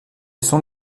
sont